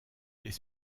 les